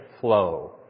flow